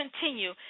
continue